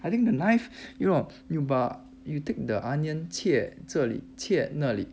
I think the knife you know you buy you take the onion 切这里切那里